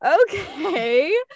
okay